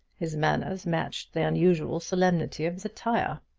his manners matched the unusual solemnity of his attire.